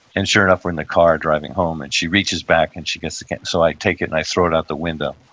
and sure enough we're in the car riding home, and she reaches back and she gets the candy. so i take it and i throw it out the window.